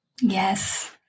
Yes